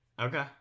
Okay